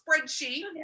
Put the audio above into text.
spreadsheet